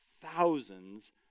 thousands